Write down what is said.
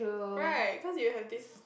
right cause you have this